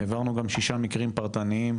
העברנו גם שישה מקרים פרטניים,